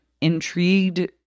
intrigued